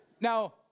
Now